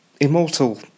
Immortal